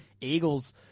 Eagles